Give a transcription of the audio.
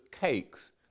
cakes